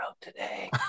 today